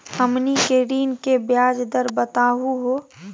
हमनी के ऋण के ब्याज दर बताहु हो?